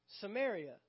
Samaria